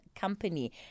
company